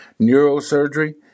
neurosurgery